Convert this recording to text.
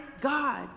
God